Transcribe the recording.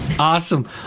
Awesome